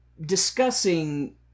discussing